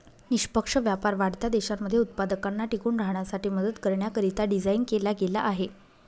निष्पक्ष व्यापार वाढत्या देशांमध्ये उत्पादकांना टिकून राहण्यासाठी मदत करण्याकरिता डिझाईन केला गेला आहे